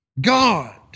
God